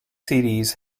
series